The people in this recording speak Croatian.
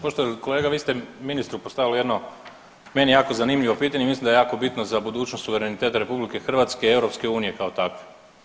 Poštovani kolega vi ste ministru postavili jedno meni jako zanimljivo pitanje i mislim da je jako bitno za budućnost suvereniteta RH i EU kao takve.